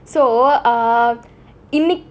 so ah இன்னைக்கு:innaikku